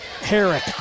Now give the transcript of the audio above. Herrick